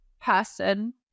person